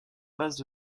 base